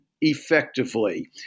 effectively